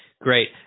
great